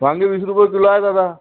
वांगे वीस रुपये किलो आहे दादा